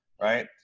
right